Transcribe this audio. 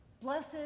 Blessed